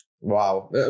Wow